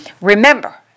Remember